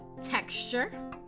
texture